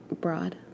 broad